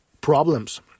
problems